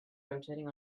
rotating